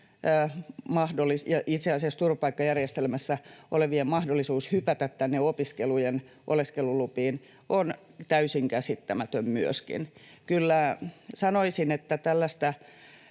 ja itse asiassa turvapaikkajärjestelmässä olevien mahdollisuus hypätä tänne opiskelujen oleskelulupiin on myöskin täysin käsittämätön. Kyllä sanoisin, että tällaista